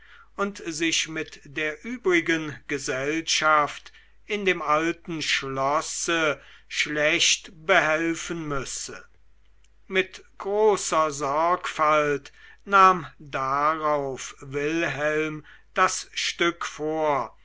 und sich mit der übrigen gesellschaft in dem alten schlosse schlecht behelfen müsse mit großer sorgfalt nahm darauf wilhelm das stück vor